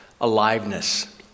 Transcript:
aliveness